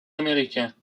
américains